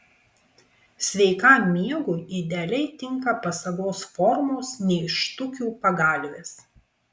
sveikam miegui idealiai tinka pasagos formos nėštukių pagalvės